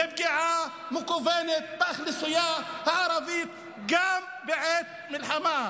זו פגיעה מכוונת באוכלוסייה הערבית גם בעת מלחמה.